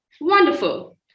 Wonderful